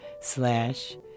slash